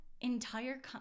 entire